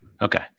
Okay